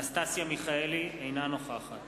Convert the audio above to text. אנסטסיה מיכאלי אינה נוכחת